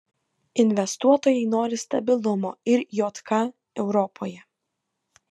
investuotojai nori stabilumo ir jk europoje